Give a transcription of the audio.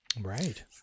right